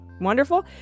Wonderful